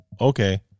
okay